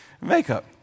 Makeup